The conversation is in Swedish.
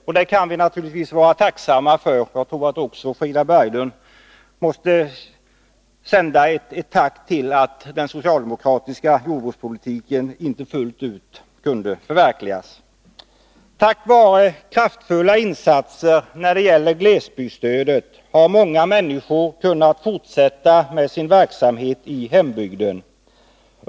Vi kan naturligtvis — jag tror att också Frida Berglund måste medge det — vara tacksamma för att den socialdemokratiska jordbrukspolitiken inte fullt ut kunde förverkligas. Tack vare kraftfulla insatser när det gäller glesbygdsstödet har många människor kunnat fortsätta med sin verksamhet i hembygden.